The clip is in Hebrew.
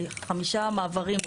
5 מעברים,